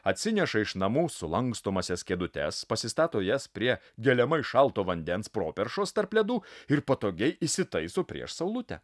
atsineša iš namų sulankstomąsias kėdutes pasistato jas prie geliamai šalto vandens properšos tarp ledų ir patogiai įsitaiso prieš saulutę